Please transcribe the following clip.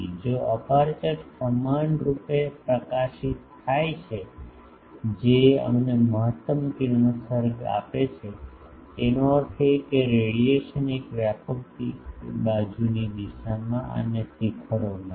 જો અપેર્ચર સમાનરૂપે પ્રકાશિત થાય છે જે અમને મહત્તમ કિરણોત્સર્ગ આપે છે તેનો અર્થ એ કે રેડિયેશન એ વ્યાપક બાજુની દિશા અને શિખરોમાં છે